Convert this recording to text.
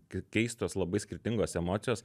keistos labai skirtingos emocijos